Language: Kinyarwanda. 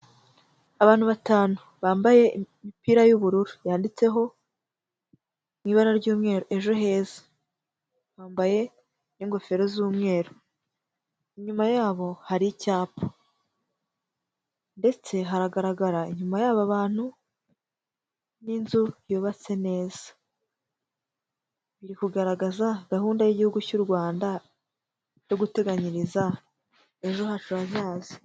Abantu batanu bambaye imipira y'ubururu yanditseho mu ibara ry'umweru ejo heza, bambaye n'ingofero z'umweru, inyuma yabo hari icyapa ndetse haragaragara inyuma y'aba bantu n'inzu yubatse neza, biri ku gahunda y'Igihugu cy'u Rwanda yo guteganyiriza ejo hacu hazaza.